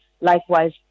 Likewise